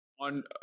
on